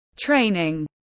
training